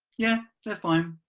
yeah, they are fine.